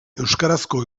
euskarazko